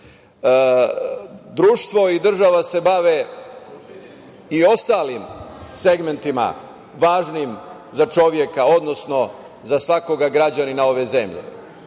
Društvo i država se bave i ostalim segmentima važnim za čoveka, odnosno za svakog građanina ove zemlje.